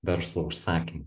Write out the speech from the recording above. verslo užsakymų